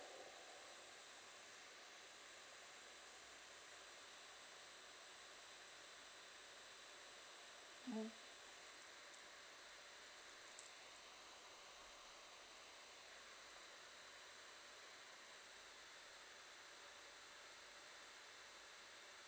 mmhmm